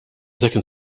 second